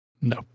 No